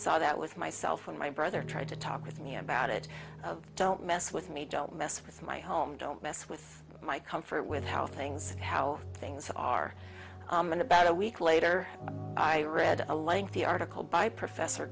saw that with myself when my brother tried to talk with me about it don't mess with me don't mess with my home don't mess with my comfort with how things how things are and about a week later i read a lengthy article by professor